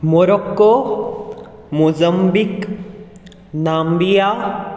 Morocco Mozambique Namibia